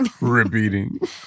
repeating